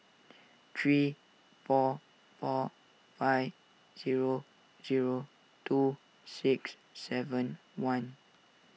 three four four five zro zero two six seven one